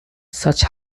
such